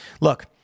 Look